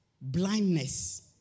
blindness